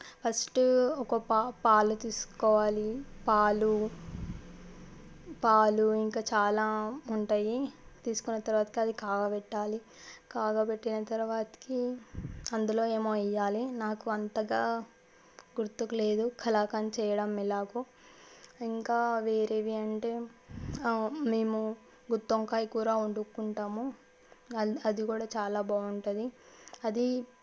first ఒక పా పాలు తీసుకోవాలి పాలు పాలు ఇంకా చాలా ఉంటాయి తీసుకొని తరువాత అది కాగబెట్టాలి కాగబెట్టిన తరువాతకి అందులో ఏమో వేయాలి నాకు అంతగా గుర్తుకులేదు కలాకాండ్ చేయడం ఎలాగో ఇంకా వేరేవి అంటే మేము గుత్తి వంకాయ కూర వండుకుంటాము అది అది కూడా చాలా బాగుంటుంది అది